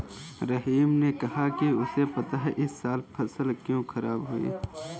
रहीम ने कहा कि उसे पता है इस साल फसल क्यों खराब हुई